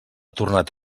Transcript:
tornat